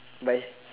bye